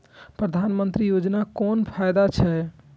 प्रधानमंत्री योजना कोन कोन फायदा छै?